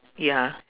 ya